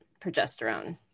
progesterone